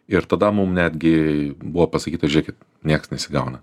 ir tada mum netgi buvo pasakyta žėkit nieks nesigauna